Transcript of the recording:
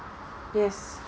yes